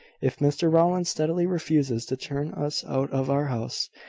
if mr rowland steadily refuses to turn us out of our house,